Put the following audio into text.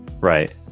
Right